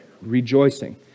rejoicing